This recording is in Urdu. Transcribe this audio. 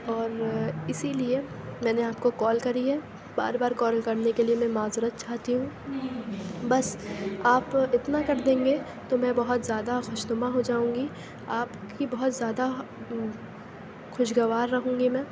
اور اِسی لیے میں نے آپ کو کال کری ہے بار بار کال کرنے کے لیے میں معذرت چاہتی ہوں بس آپ اتنا کر دیں گے تو میں بہت زیادہ خوش نُما ہو جاؤں گی آپ کی بہت زیادہ خوشگوار رہوں گی میں